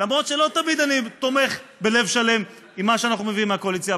אף שלא תמיד אני תומך במה שאנחנו מביאים מהקואליציה,